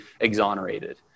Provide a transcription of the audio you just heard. exonerated